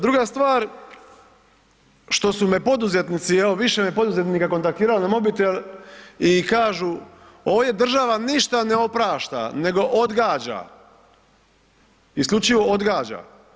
Druga stvar što su me poduzetnici, evo više me poduzetnika kontaktiralo na mobitel i kažu ovdje država ništa ne oprašta nego odgađa, isključivo odgađa.